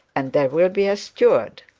and there will be a steward.